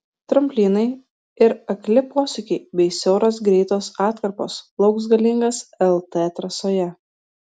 tramplynai ir akli posūkiai bei siauros greitos atkarpos lauks galingas lt trasoje